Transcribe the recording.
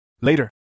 Later